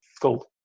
gold